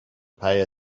pay